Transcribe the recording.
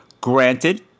Granted